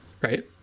right